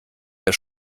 der